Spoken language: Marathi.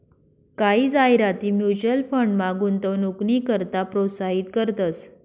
कायी जाहिराती म्युच्युअल फंडमा गुंतवणूकनी करता प्रोत्साहित करतंस